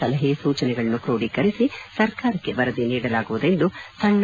ಸಲಹೆ ಸೂಚನೆಗಳನ್ನು ಕ್ರೋಢಿಕರಿಸಿ ಸರಕಾರಕ್ಷೆ ವರದಿ ನೀಡಲಾಗುವುದು ಎಂದು ಸಣ್ಣ